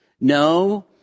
No